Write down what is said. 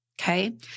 okay